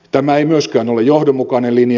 tämä ei myöskään ole johdonmukainen linja